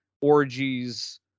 Orgies